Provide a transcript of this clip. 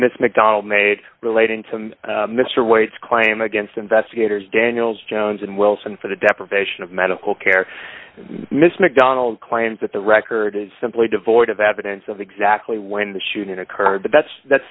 miss mcdonald made relating to mr waits claim against investigators daniels jones and wilson for the deprivation of medical care miss macdonald claims that the record is simply devoid of evidence of exactly when the shooting occurred but that's that's